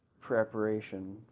preparation